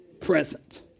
present